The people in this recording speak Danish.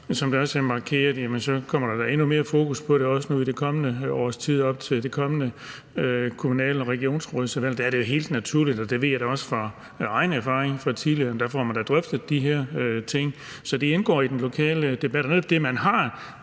Som det også er markeret, kommer der da endnu mere fokus på det det kommende års tid op til det kommende kommunal- og regionsrådsvalg; der er det jo helt naturligt – det ved jeg da også af egen erfaring, fra tidligere – at man får drøftet de her ting. Så det indgår i den lokale debat. Og netop